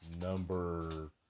number